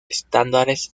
estándares